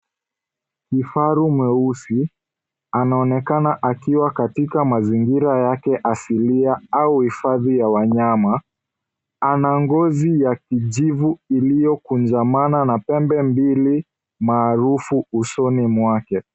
Kifaru mweusi, anaonekana akiwa katika mazingira yake asilia au hifadhi ya wanyama. Ana ngozi ya kijivu iliyokunjamana na pembe mbili maarufu usoni mwake.